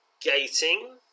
Gating